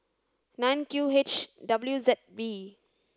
nine Q H W Z V